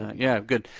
yeah good,